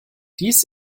dies